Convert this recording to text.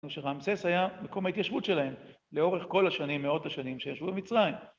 כשחמסס היה מקום ההתיישבות שלהם לאורך כל השנים, מאות השנים שישבו במצרים.